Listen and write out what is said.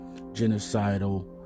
genocidal